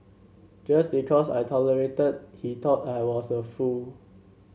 just because I tolerated he thought I was a fool